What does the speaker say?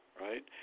right